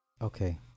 okay